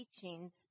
teachings